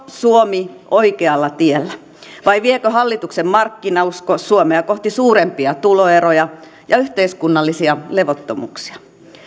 suomi oikealla tiellä vai viekö hallituksen markkinausko suomea kohti suurempia tuloeroja ja yhteiskunnallisia levottomuuksia